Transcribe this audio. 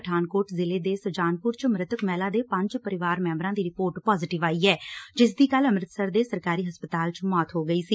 ਪਠਾਨਕੋਟ ਜ਼ਿਲ੍ਹੇ ਦੇ ਸਜਾਨਪੁਰ ਚ ਮ੍ਰਿਤਕ ਮਹਿਲਾ ਦੇ ਪੰਜ ਪਰਿਵਾਰ ਮੈਬਰਾਂ ਦੀ ਰਿਪੋਰਟ ਪਾਜ਼ੇਟਿਵ ਆਈ ਐ ਜਿਸ ਦੀ ਕੱਲ੍ਹ ਅੰਮ੍ਤਿਸਰ ਦੇ ਸਰਕਾਰੀ ਹਸਪਤਾਲ ਚ ਮੌਤ ਹੋ ਗਈ ਸੀ